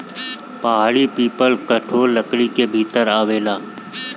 पहाड़ी पीपल कठोर लकड़ी के भीतर आवेला